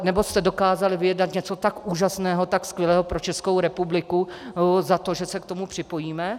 Nebo jste dokázali vyjednat něco tak úžasného, tak skvělého pro Českou republiku za to, že se k tomu připojíme?